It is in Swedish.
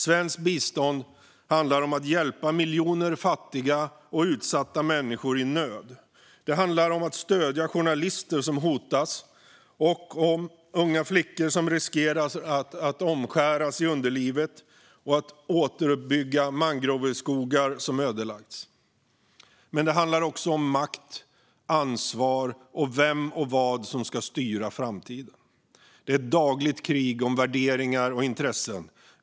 Svenskt bistånd handlar om att hjälpa miljoner fattiga och utsatta människor i nöd. Det handlar om att stödja journalister som hotas, om unga flickor som riskerar att omskäras i underlivet och om att återuppbygga mangroveskogar som ödelagts. Men det handlar också om makt, om ansvar och om vem och vad som ska styra framtiden. Det är ett dagligt krig om värderingar och intressen.